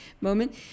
moment